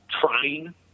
trying